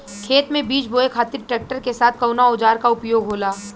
खेत में बीज बोए खातिर ट्रैक्टर के साथ कउना औजार क उपयोग होला?